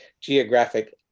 geographic